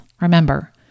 Remember